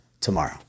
tomorrow